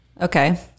Okay